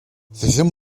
sizin